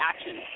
action